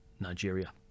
Nigeria